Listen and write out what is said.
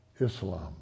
Islam